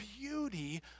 beauty